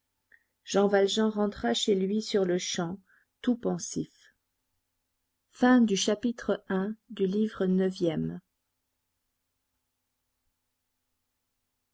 jean valjean rentra chez lui sur-le-champ tout pensif chapitre ii